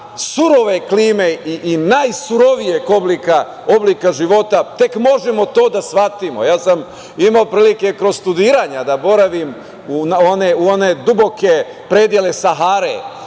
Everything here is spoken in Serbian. surove klime i najsurovijeg oblika života tek možemo to da shvatimo. Ja sam imao prilike tokom studiranja da boravim u one duboke predele Sahare